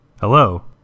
Hello